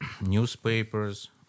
newspapers